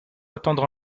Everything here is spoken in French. attendre